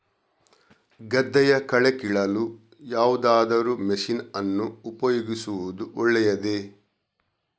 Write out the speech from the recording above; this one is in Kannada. ಗದ್ದೆಯ ಕಳೆ ಕೀಳಲು ಯಾವುದಾದರೂ ಮಷೀನ್ ಅನ್ನು ಉಪಯೋಗಿಸುವುದು ಒಳ್ಳೆಯದೇ?